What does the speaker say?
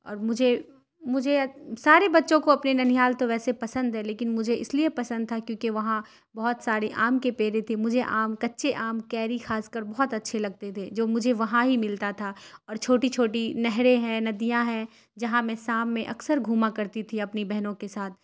اور مجھے مجھے سارے بچوں کو اپنے ننیہال تو ویسے پسند ہے لیکن مجھے اس لیے پسند تھا کیونکہ وہاں بہت سارے آم کے پیڑے تھی مجھے آم کچے آم کیری خاص کر بہت اچھے لگتے تھے جو مجھے وہاں ہی ملتا تھا اور چھوٹی چھوٹی نہریں ہیں ندیاں ہیں جہاں میں شام میں اکثر گھوما کرتی تھی اپنی بہنوں کے ساتھ